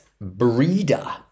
breeder